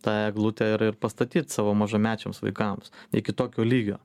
tą eglutę ir ir pastatyt savo mažamečiams vaikams iki tokio lygio